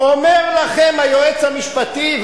אומר לכם היועץ המשפטי,